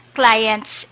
clients